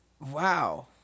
Wow